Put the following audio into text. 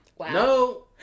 No